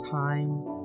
times